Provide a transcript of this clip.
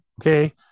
Okay